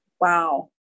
wow